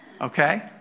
Okay